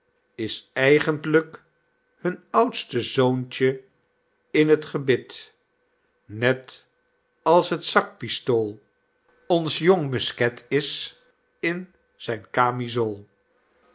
is eigentlijk hun oudste zoontjen in t gebit net als het zakpistool ons jong musket is in zijn kamizool